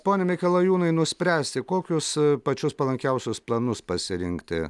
pone mikalajūnai nuspręsti kokius pačius palankiausius planus pasirinkti